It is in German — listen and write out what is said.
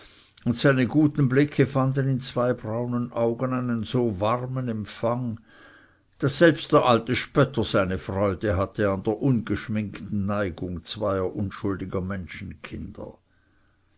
und seine guten blicke fanden in zwei braunen augen einen so warmen empfang daß selbst der alte spötter seine freude hatte an der ungeschminkten neigung zweier unschuldiger